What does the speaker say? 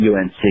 UNC